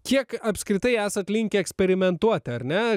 kiek apskritai esat linkę eksperimentuot ar ne